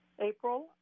April